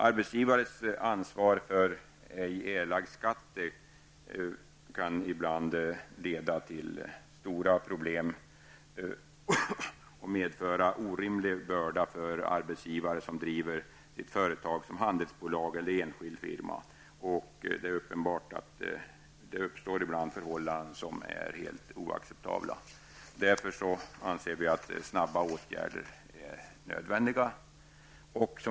Arbetsgivares ansvar för ej erlagd skatt kan ibland leda till stora problem och medför orimlig börda för arbetsgivare som driver sitt företag som handelsbolag eller enskild firma. Det är uppenbart att det ibland uppstår förhållanden som är helt oacceptabla. Av den anledningen anser vi att snabba åtgärder är nödvändiga.